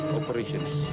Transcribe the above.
operations